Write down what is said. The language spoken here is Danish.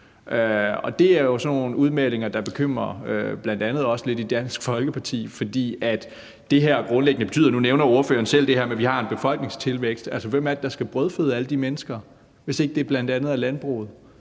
sådan nogle udmeldinger, der lidt bekymrer bl.a. os i Dansk Folkeparti, for nu nævner ordføreren selv det her med, at vi har en befolkningstilvækst. Altså, hvem er det, der skal brødføde alle de mennesker, hvis ikke det bl.a. er landbruget?